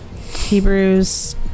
Hebrews